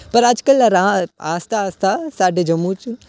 पर अज्जक आस्तै आस्तै साढे जम्मू च